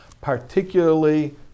particularly